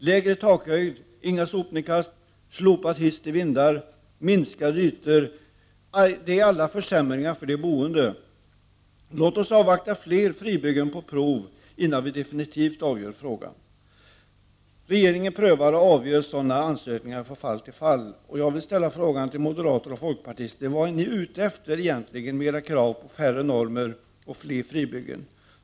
Lägre takhöjd, inga sopnedkast, slopad hiss till vindar, minskade ytor m.m. — allt detta är försämringar för de boende. Låt oss avvakta fler fribyggen på prov innan vi definitivt avgör detta. Regeringen prövar sådana ansökningar och avgör från fall till fall. Jag vill ställa frågan till moderater och folkpartister: Vad är ni egentligen ute efter när det gäller era krav på färre normer och fler fribyggen?